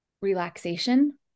relaxation